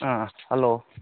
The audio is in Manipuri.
ꯑꯥ ꯍꯜꯂꯣ